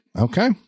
okay